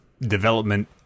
development